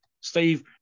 Steve